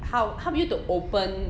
help help you to open